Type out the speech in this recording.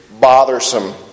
bothersome